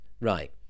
Right